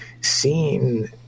seeing